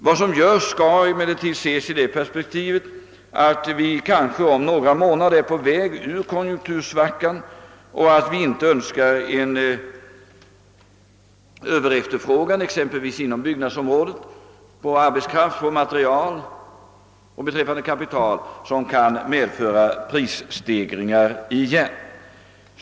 Vad som nu görs skall emellertid ses mot bakgrunden av att vi kanske om några månader kommer att vara på väg ut ur konjunktursvackan och att det då inte är önskvärt med en överefterfrågan inom exempelvis byggnadsområdet på arbetskraft, material och kapital, vilken återigen kunde medföra prisstegringar.